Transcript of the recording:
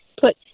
put